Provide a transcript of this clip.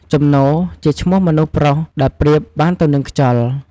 ជំនោ ជាឈ្មោះមនុស្សប្រុសដែលប្រៀបបានទៅនឹងខ្យល់។